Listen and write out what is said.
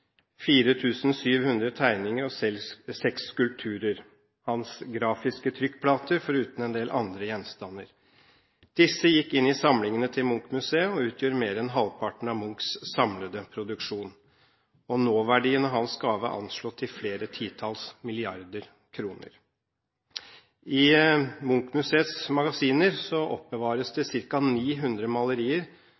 700 tegninger, seks skulpturer og hans grafiske trykkplater, foruten en del andre gjenstander. Disse gikk inn i samlingene til Munch-museet og utgjør mer enn halvparten av Munchs samlede produksjon. Nåverdien av hans gave er anslått til flere titalls milliarder kroner. I Munch-museets magasiner oppbevares det